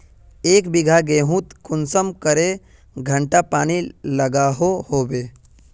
एक बिगहा गेँहूत कुंसम करे घंटा पानी लागोहो होबे?